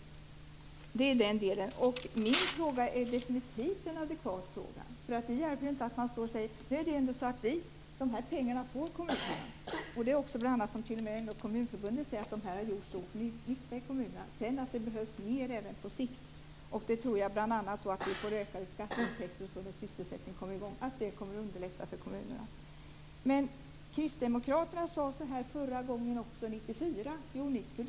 Det är den delen. Min fråga är definitivt en adekvat fråga. Det hjälper inte att man säger: Nej, vi skall inte försämra. De här pengarna får kommunerna. T.o.m. Kommunförbundet säger att de har gjort stor nytta i kommunerna. Sedan är det en annan sak att det behövs mer även på sikt. Där tror jag att vi bl.a. får räkna med skatteintäkter. När sysselsättningen kommer i gång kommer det att underlätta för kommunerna. Men kristdemokraterna sade så här förra gången också, 1994.